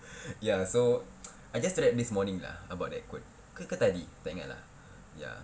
ya so I just did told them this morning lah about that quote ke ke tadi tak ingat lah